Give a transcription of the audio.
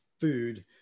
food